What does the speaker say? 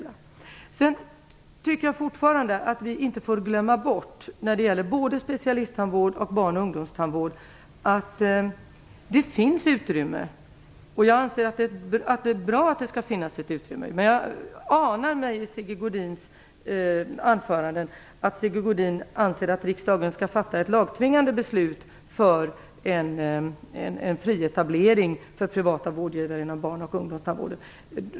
Jag tycker fortfarande att vi varken när det gäller specialisttandvård eller när det gäller barn och ungdomstandvård får glömma bort att det finns utrymme. Jag anser också att det är bra att det skall finnas ett utrymme, men jag anar efter Sigge Godins anföranden att Sigge Godin anser att riksdagen skall fatta ett lagtvingande beslut om en fri etablering för privata vårdgivare inom barn och ungdomstandvården.